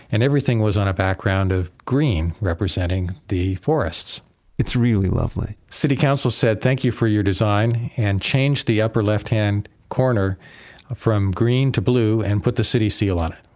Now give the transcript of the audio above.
and everything was on a background of green, representing the forests it's really lovely city council said, thank you for your design, and changed the upper left-hand corner from green to blue, and put the city seal on it,